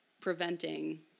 preventing